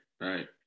right